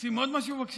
רוצים עוד משהו, בבקשה.